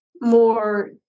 more